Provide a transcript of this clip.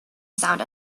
sound